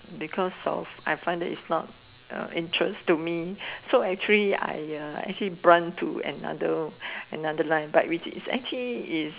because of I find that is not uh interest to me so actually I uh actually brunch to another another line but it's actually is